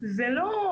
זה לאו